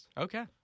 okay